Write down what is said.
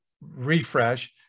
refresh